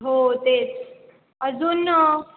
हो तेच अजून